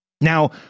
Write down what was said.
Now